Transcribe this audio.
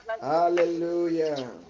Hallelujah